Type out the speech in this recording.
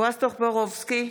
בועז טופורובסקי,